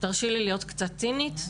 תרשי לי להיות קצת צינית.